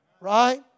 Right